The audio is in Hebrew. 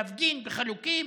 להפגין בחלוקים